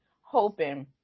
hoping